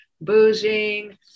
boozing